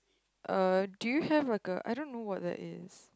uh do you have a girl I don't know what that is